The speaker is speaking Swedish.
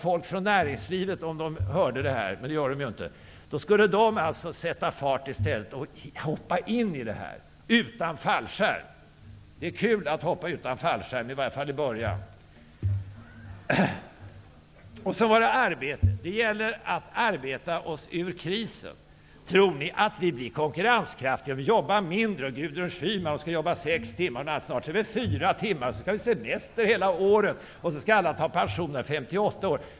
Folk från näringslivet skulle -- om de hörde detta, men det gör de inte -- sätta fart och hoppa in i detta utan fallskärm. Det är kul att hoppa utan fallskärm, i varje fall i början. Sedan var det detta med arbete. Det gäller att arbeta sig ur krisen. Tror ni att vi blir konkurrenskraftiga om vi jobbar mindre? Gudrun Schyman skall jobba sex timmar om dagen. Snart är det väl fyra timmars arbetsdag, och så skall folk ha semester hela året och alla skall få pension när de är 58 år.